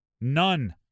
none